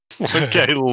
Okay